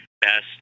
best